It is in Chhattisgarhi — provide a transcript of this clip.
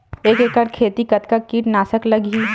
एक एकड़ खेती कतका किट नाशक लगही?